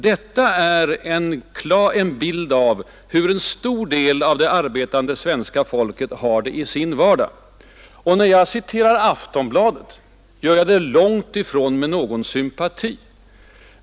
Detta är bilden av hur en stor del av det arbetande svenska folket har det i sin vardag. När jag citerar Aftonbladet gör jag det långt ifrån med någon sympati.